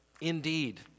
Indeed